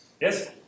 Yes